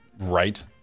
right